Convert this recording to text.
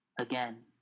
again